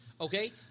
Okay